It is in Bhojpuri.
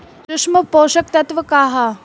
सूक्ष्म पोषक तत्व का ह?